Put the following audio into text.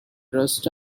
rust